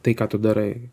tai ką tu darai